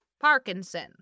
Parkinson